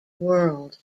world